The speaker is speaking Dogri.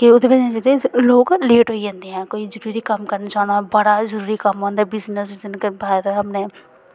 की ओह्दी बजह् नै जेह्ड़े लोक लेट होई जंदे ऐ कोई जरूरी कम्म करन जाना बड़ा जरूरी कम्म होंदा बिजनेस जि'न्न करवाए दा होए